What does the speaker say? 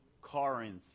Corinth